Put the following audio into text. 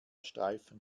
streifen